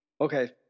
Okay